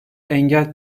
engel